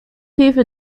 either